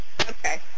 Okay